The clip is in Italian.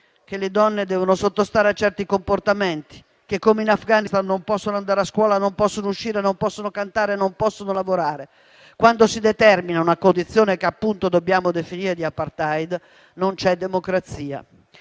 che le donne devono sottostare a certi comportamenti, che, come in Afghanistan, non possono andare a scuola, non possono uscire, non possono cantare, non possono lavorare, quando si determina una condizione che, appunto, dobbiamo definire di *apartheid*, non c'è democrazia.